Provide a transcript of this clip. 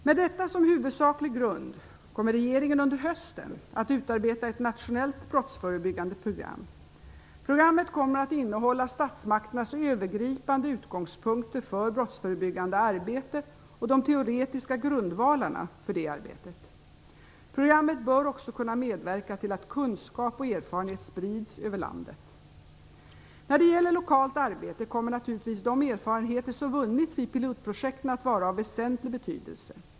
Med detta som huvudsaklig grund kommer regeringen under hösten att utarbeta ett nationellt brottsförebyggande program. Programmet kommer att innehålla statsmakternas övergripande utgångspunkter för brottsförebyggande arbete och de teoretiska grundvalarna för detta arbete. Programmet bör också kunna medverka till att kunskap och erfarenhet sprids över landet. När det gäller lokalt arbete kommer naturligtvis de erfarenheter som vunnits vid Pilotprojekten att vara av väsentlig betydelse.